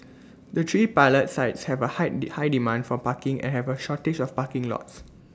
the three pilot sites have A high high demand for parking and have A shortage of parking lots